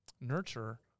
nurture